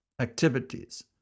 activities